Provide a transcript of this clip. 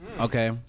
okay